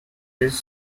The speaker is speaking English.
this